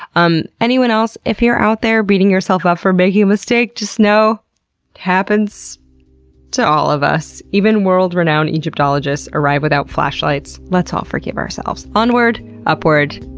um anyone else, if you're out there beating yourself up for making a mistake, just know it happens to all of us even world renowned egyptologists arrive without flashlights. let's all forgive ourselves. onward! upward!